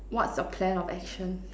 what's your plan of action